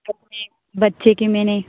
ਬੱਚੇ ਕਿਵੇਂ ਨੇ